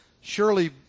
surely